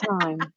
time